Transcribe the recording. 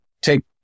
take